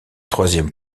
troisième